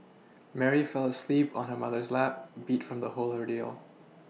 Mary fell asleep on her mother's lap beat from the whole ordeal